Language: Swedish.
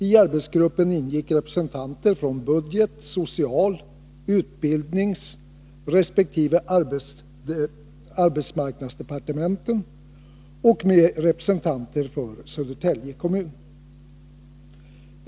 I arbetsgruppen ingick representanter från budget-, social-, utbildningsresp. arbetsmarknadsdepartementen och även företrädare för Södertälje kommun.